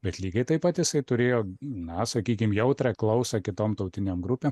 bet lygiai taip pat jisai turėjo na sakykim jautrią klausą kitom tautinėm grupėm